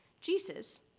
Jesus